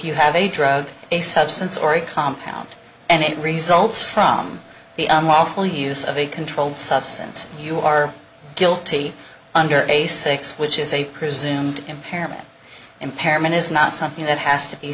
you have a drug a substance or a compound and it results from the unlawful use of a controlled substance you are guilty under a six which is a presumed impairment impairment is not something that has to be